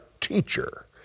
teacher